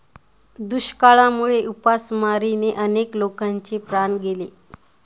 दुष्काळामुळे उपासमारीने अनेक लोकांचे प्राण गेले